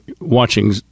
watching